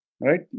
Right